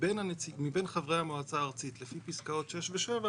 שמבין חברי המועצה הארצית לפי פסקאות 6 ו-7,